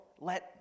let